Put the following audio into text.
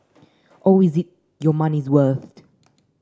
always eat your money's worth